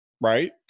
right